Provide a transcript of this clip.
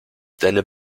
deine